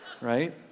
Right